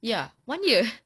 ya one year